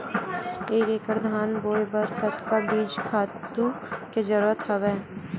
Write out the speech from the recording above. एक एकड़ धान बोय बर कतका बीज खातु के जरूरत हवय?